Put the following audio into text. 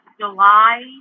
July